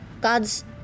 Gods